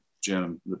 Jim